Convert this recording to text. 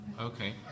Okay